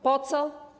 Po co?